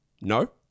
no